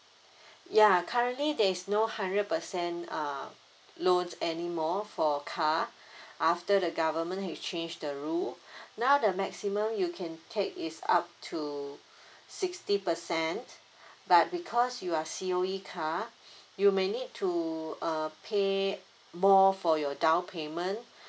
ya currently there is no hundred percent uh loans anymore for car after the government has changed the rule now the maximum you can take is up to sixty percent but because you are C_O_E car you may need to uh pay more for your down payment